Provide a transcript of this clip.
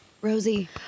Rosie